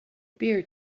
beer